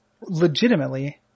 legitimately